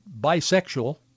bisexual